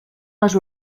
les